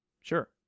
Sure